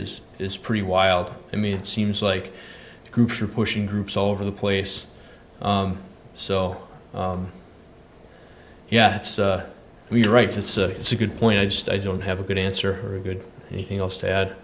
is is pretty wild i mean it seems like groups are pushing groups all over the place so yeah that's right it's a it's a good point i just i don't have a good answer or a good anything else to add